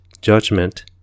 judgment